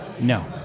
No